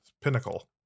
Pinnacle